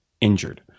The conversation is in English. injured